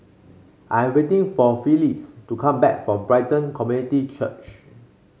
I'm waiting for Phylis to come back from Brighton Community Church